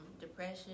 depression